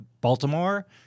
Baltimore